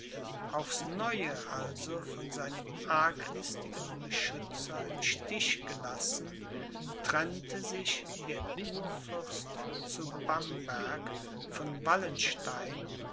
aufs neue also von seinem arglistigen beschützer im stich gelassen trennte sich der kurfürst zu bamberg von wallenstein